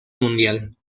mundial